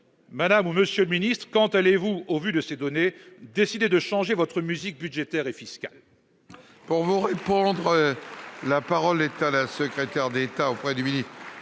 Mesdames, messieurs les ministres, quand allez-vous, au vu de ces données, décider de changer votre musique budgétaire et fiscale ?